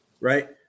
Right